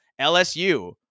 LSU